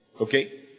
Okay